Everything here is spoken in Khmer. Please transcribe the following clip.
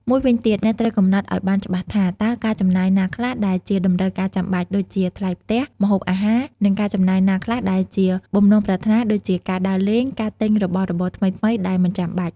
មួយវិញទៀត អ្នកត្រូវកំណត់ឱ្យបានច្បាស់ថា តើការចំណាយណាខ្លះដែលជាតម្រូវការចាំបាច់ ដូចជាថ្លៃផ្ទះ ម្ហូបអាហារ និងការចំណាយណាខ្លះដែលជាបំណងប្រាថ្នា ដូចជាការដើរលេង ការទិញរបស់របរថ្មីៗដែលមិនចាំបាច់។